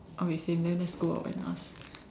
okay same then let's go out and ask